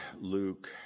Luke